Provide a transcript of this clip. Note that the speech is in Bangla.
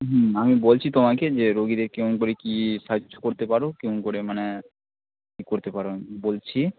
হুম আমি বলছি তোমাকে যে রোগীদের কেমন করে কী সাহায্য করতে পারো কেমন করে মানে কী করতে পারো আমি বলছি